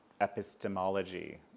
epistemology